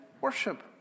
worship